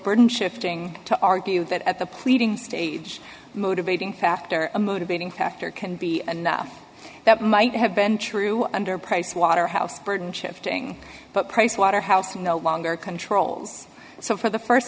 burden shifting to argue that at the pleading stage motivating factor a motivating factor can be enough that might have been true under pricewaterhouse burden shifting but pricewaterhouse no longer controls so for the